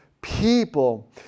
people